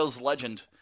legend